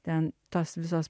ten tos visos